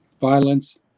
violence